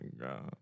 god